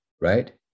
right